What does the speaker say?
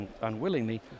unwillingly